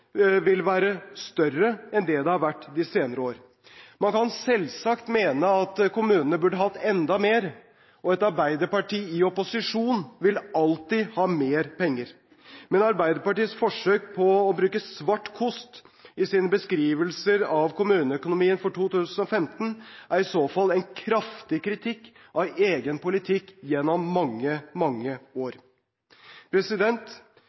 vil være større enn det det har vært de senere år. Man kan selvsagt mene at kommunene burde hatt enda mer, og et Arbeiderparti i opposisjon vil alltid ha mer penger. Men Arbeiderpartiets forsøk på å bruke svart kost i sine beskrivelser av kommuneøkonomien for 2015 er i så fall en kraftig kritikk av egen politikk gjennom mange, mange år.